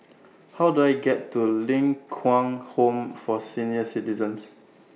How Do I get to Ling Kwang Home For Senior Citizens